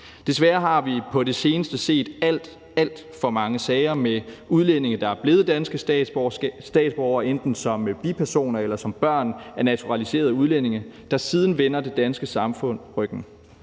Desværre har vi på det seneste set alt, alt for mange sager med udlændinge, der er blevet danske statsborgere enten som bipersoner eller som børn af naturaliserede udlændinge, og som siden vender det danske samfund ryggen,